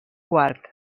quart